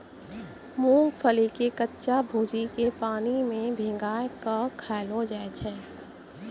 मूंगफली के कच्चा भूजिके पानी मे भिंगाय कय खायलो जाय छै